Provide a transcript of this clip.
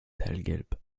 hellgelb